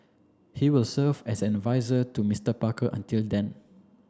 he will serve as an adviser to Mister Parker until then